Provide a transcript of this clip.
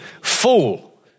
fool